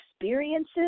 experiences